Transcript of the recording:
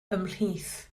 ymhlith